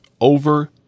over